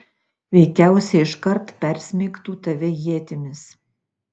veikiausiai iškart persmeigtų tave ietimis